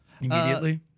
immediately